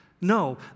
No